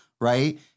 right